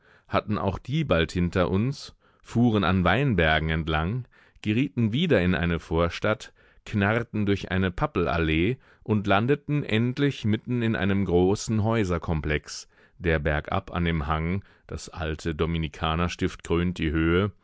hatten auch die bald hinter uns fuhren an weinbergen entlang gerieten wieder in eine vorstadt knarrten durch eine pappelallee und landeten endlich mitten in einem großen häuserkomplex der bergab an dem hang das alte dominikanerstift krönt die höhe